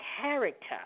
character